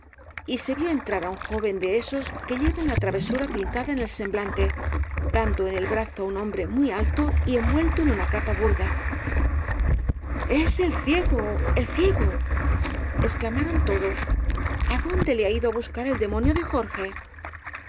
y se vio entrar á un joven de esos que llevan la travesura pintada en el semblante dando el brazo á un hombre muy alto y envuelto en una capa burda es el ciego el ciego exclamaron todos adonde le ha ido á buscar el demonio de jorge